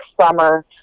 summer